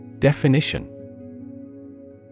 Definition